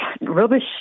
Rubbish